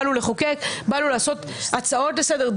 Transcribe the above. באנו להגיש הצעות לסדר,